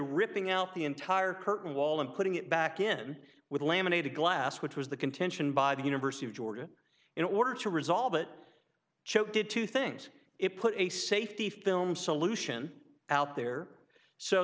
ripping out the entire curtain wall and putting it back in with laminated glass which was the contention by the university of georgia in order to resolve it cho did two things it put a safety film solution out there so